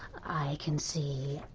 i can see. a,